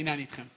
הינה אני איתכם.